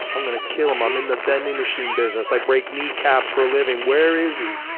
i'm going to kill him. i'm in the vending machine business. i break kneecaps for a living. where is he?